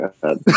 god